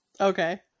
Okay